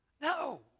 No